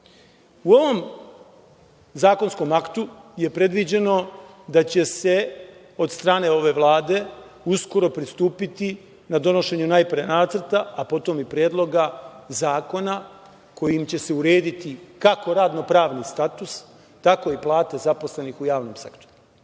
U ovom zakonskom aktu je predviđeno da će se od strane ove Vlade uskoro pristupiti donošenju najpre nacrta, a potom i predloga zakona kojim će se urediti kako radno pravni status, tako i plate zaposlenih u javnom sektoru.